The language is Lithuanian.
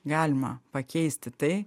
galima pakeisti tai